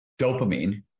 Dopamine